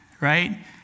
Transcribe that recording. right